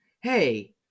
Hey